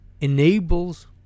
enables